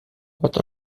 gott